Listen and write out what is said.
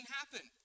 happen